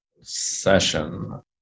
session